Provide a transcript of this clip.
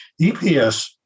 EPS